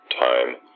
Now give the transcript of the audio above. time